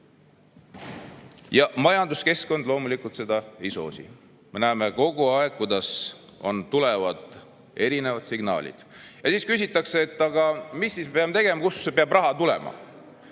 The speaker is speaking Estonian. Ja majanduskeskkond loomulikult seda ei soosi. Me näeme kogu aeg, kuidas tulevad erinevad signaalid. Ja siis küsitakse, et aga mis me siis peame tegema ja kust peab raha tulema.No